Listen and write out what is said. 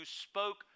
spoke